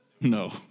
No